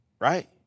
right